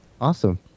awesome